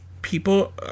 people